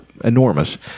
enormous